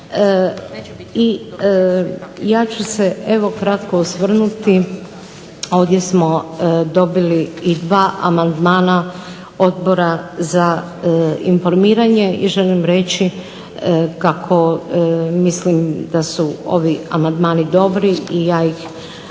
i ja ću se evo kratko osvrnuti. Ovdje smo dobili i dva amandmana Odbora za informiranje. I želim reći kako mislim da su ovi amandmani dobri i ja ih